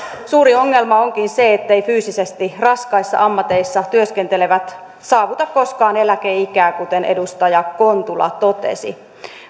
suuri ongelma onkin se että fyysisesti raskaissa ammateissa työskentelevät eivät saavuta koskaan eläkeikää kuten edustaja kontula totesi